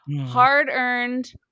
hard-earned